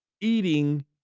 eating